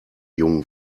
jungen